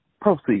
Proceed